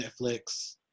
Netflix